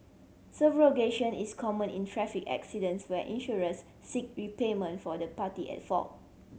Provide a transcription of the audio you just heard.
subrogation is common in traffic accidents where insurers seek repayment for the party at fault